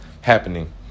happening